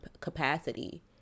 capacity